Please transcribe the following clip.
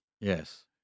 Yes